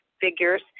figures